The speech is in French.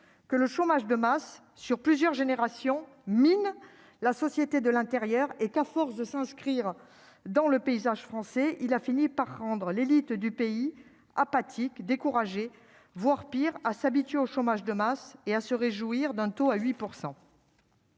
que le chômage de masse sur plusieurs générations, mine la société de l'Intérieur et qu'à force de s'inscrire dans le paysage français, il a fini par rendre l'élite du pays apathiques décourager, voire pire, à s'habituer au chômage de masse et à se réjouir d'un taux à 8 %.